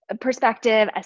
perspective